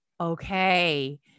Okay